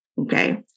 okay